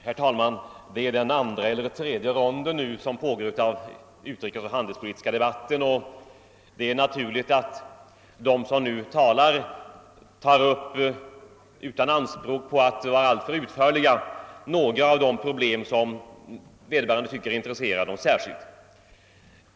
Herr talman! Det är den andra eller tredje ronden av den utrikesoch handelspolitiska debatten som nu pågår, och det är naturligt att de som talar endast tar upp — utan anspråk på att vara alltför utförliga — några av de problem som särskilt intresserar vederbörande.